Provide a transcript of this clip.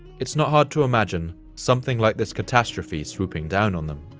it's not hard to imagine something like this catastrophe swooping down on them.